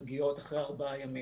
שמגיעות אחרי ארבעה ימים.